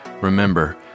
Remember